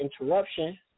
interruption